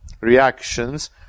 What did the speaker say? reactions